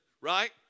Right